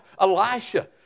Elisha